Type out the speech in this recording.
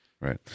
Right